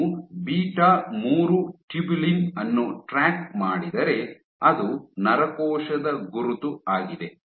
ನೀವು ಬೀಟಾ ಮೂರು ಟ್ಯೂಬುಲಿನ್ ಅನ್ನು ಟ್ರ್ಯಾಕ್ ಮಾಡಿದರೆ ಅದು ನರಕೋಶದ ಗುರುತು ಆಗಿದೆ